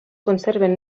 conserven